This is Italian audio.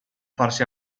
farsi